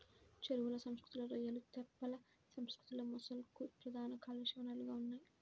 చెరువుల సంస్కృతిలో రొయ్యలు, తెప్పల సంస్కృతిలో మొలస్క్లు ప్రధాన కాలుష్య వనరులుగా ఉన్నాయి